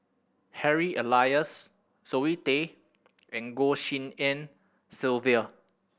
Harry Elias Zoe Tay and Goh Tshin En Sylvia